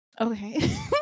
okay